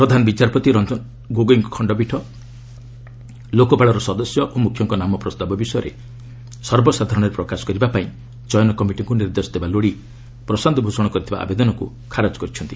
ପ୍ରଧାନ ବିଚାରପତି ରଞ୍ଜନ ଗୋଗୋଇଙ୍କ ଖଣ୍ଡପୀଠ ଲୋକପାଳର ସଦସ୍ୟ ଓ ମୁଖ୍ୟଙ୍କ ନାମ ପ୍ରସ୍ତାବ ବିଷୟରେ ସର୍ବସାଧାରଣରେ ପ୍ରକାଶ କରିବା ପାଇଁ ଚୟନ କମିଟିଙ୍କୁ ନିର୍ଦ୍ଦେଶ ଲୋଡ଼ି ପ୍ରଶାନ୍ତ ଭୂଷଣ କରିଥିବା ଆବେଦନକୁ ଖାରଜ କରିଛନ୍ତି